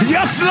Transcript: Yes